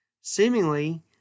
seemingly